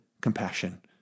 compassion